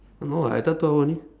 no [what] I thought two hour only